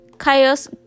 Chaos